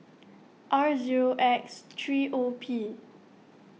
R zero X three O P